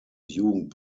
jugend